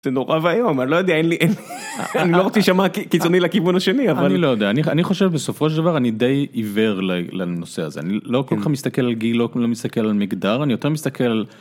זה נורא ואיום אני לא יודע אין לי אני לא רוצה להישמע קיצוני לכיוון השני אבל... אני לא יודע אני חושב בסופו של דבר, אני די עיוור לנושא הזה, אני לא כל כך מסתכל על גיל לא מסתכל על מגדר אני יותר מסתכל.